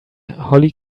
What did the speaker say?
holly